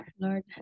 Lord